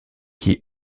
qui